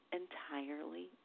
entirely